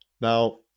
now